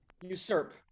usurp